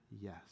yes